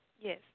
Yes